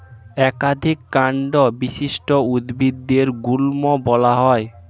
একাধিক কান্ড বিশিষ্ট উদ্ভিদদের গুল্ম বলা হয়